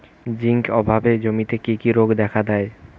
Zinc অভাবে জমিতে কি কি রোগ দেখাদেয়?